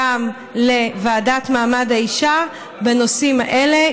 גברים לוועדה למעמד האישה בנושאים האלה.